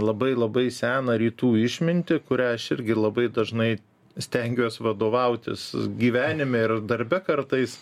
labai labai seną rytų išmintį kuria aš irgi labai dažnai stengiuos vadovautis gyvenime ir darbe kartais